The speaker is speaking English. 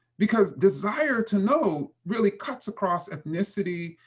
because desire to know really cuts across ethnicity,